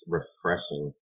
refreshing